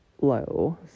low